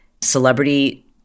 celebrity